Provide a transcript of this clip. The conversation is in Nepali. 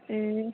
ए